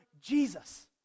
Jesus